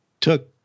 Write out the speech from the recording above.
took